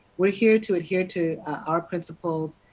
we are here to adhere to our principles,